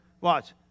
watch